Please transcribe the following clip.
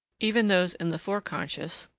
even those in the foreconscious,